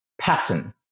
pattern